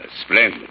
Splendid